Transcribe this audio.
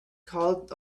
called